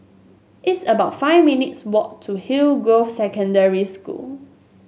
it's about five minutes' walk to Hillgrove Secondary School